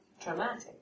traumatic